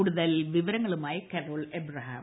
കൂടുതൽ വിവരങ്ങളുമായി Carol Abraham